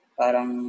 parang